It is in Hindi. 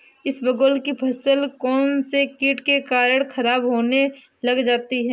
इसबगोल की फसल कौनसे कीट के कारण खराब होने लग जाती है?